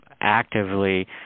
actively